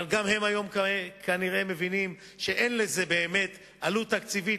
אבל גם הם היום כנראה מבינים שאין לזה באמת עלות תקציבית,